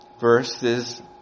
verses